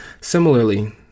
Similarly